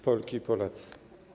Polki i Polacy!